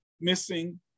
missing